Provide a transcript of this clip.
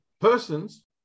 persons